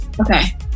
Okay